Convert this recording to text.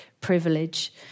privilege